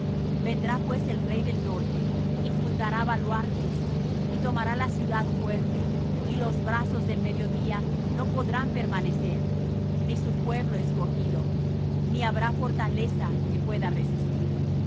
vendrá pues el rey del norte y fundará baluartes y tomará la ciudad fuerte y los brazos del mediodía no podrán permanecer ni su pueblo escogido ni habrá fortaleza que pueda resistir